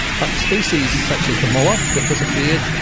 but the species such as the moa that disappeared,